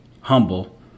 humble